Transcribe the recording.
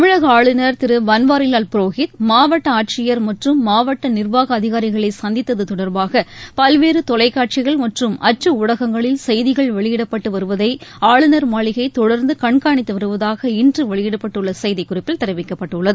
தமிழக ஆளுநர் திரு பன்வாரிவால் புரோஹித் மாவட்ட ஆட்சியர் மற்றும் மாவட்ட நிர்வாக அதிகாரிகளை சந்தித்தது தொடர்பாக பல்வேறு தொலைக்காட்சிகள் மற்றும் அச்சு ஊடகங்களில் செய்திகள் வெளியிடப்பட்டு வருவதை ஆளுநர் மாளிகை தொடர்ந்து கண்காணித்து வருவதாக இன்று வெளியிடப்பட்டுள்ள செய்திக்குறிப்பில் தெரிவிக்கப்பட்டுள்ளது